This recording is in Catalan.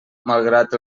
malgrat